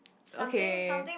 okay